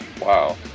Wow